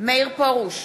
מאיר פרוש,